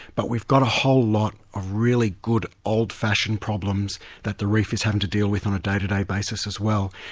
but we've got a whole lot of ah really good old-fashioned problems that the reef is having to deal with on a day-to-day basis as well.